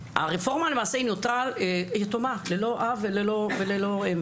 הרפורמה נותרה יתומה ללא אב וללא אם,